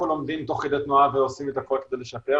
לומדים תוך כדי תנועה ועושים את הכל כדי לשפר,